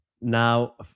now